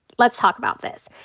let's talk about this.